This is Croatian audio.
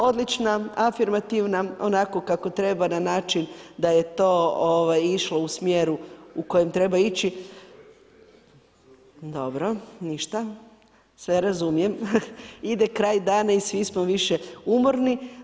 Odlična, afirmativna, onako kako treba na način da je to išto u smjeru u kojem treba ići. … [[Upadica se ne čuje.]] Dobro, ništa, sve razumijem, ide kraj dana i svi smo više umorni.